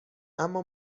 اما